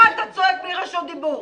למה אתה צועק בלי רשות דיבור?